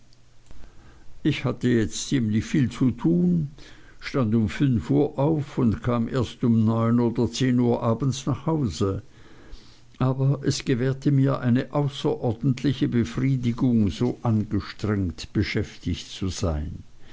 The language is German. ich hatte jetzt ziemlich viel zu tun stand um fünf uhr auf und kam erst um neun oder zehn uhr abends nach hause aber es gewährte mir eine außerordentliche befriedigung so angestrengt beschäftigt zu sein